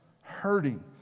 hurting